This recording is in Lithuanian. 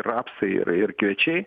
rapsai ir ir kviečiai